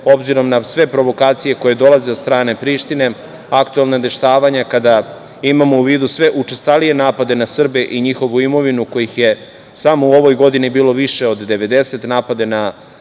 obzirom na sve provokacije koje dolaze od strane Prištine, aktuelna dešavanja, kada imamo u vidu sve učestalije napade na Srbe i njihovu imovinu, kojih je samo u ovoj godini bilo više od 90 napada na srpsko